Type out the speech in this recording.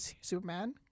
Superman